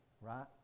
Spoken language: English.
Right